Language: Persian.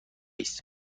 است